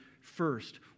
first